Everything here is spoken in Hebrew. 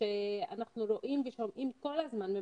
שאנחנו רואים ושומעים כל הזמן,